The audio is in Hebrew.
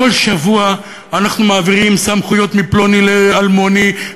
כל שבוע אנחנו מעבירים סמכויות מפלוני לאלמוני,